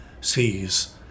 sees